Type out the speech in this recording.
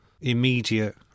immediate